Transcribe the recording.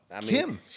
Kim